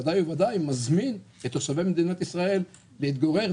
ודאי וודאי מזמין את תושבי מדינת ישראל להתגורר.